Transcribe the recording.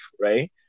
Right